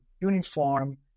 Uniform